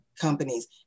companies